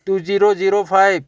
two zero zero five